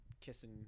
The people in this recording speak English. kissing